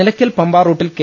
നിലയ്ക്കൽ പമ്പ റൂട്ടിൽ കെ